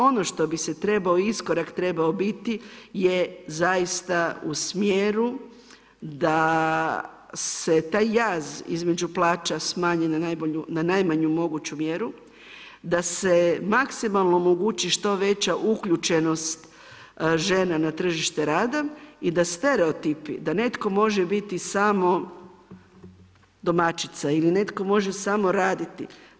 Ono što bi se trebao, iskorak trebao biti je zaista u smjeru da se taj jaz između plaća smanji na najmanju moguću mjeru, da se maksimalno omogući što veća uključenost žena na tržište rada i da stereotipi da netko može biti samo domaćica, ili netko može samo raditi.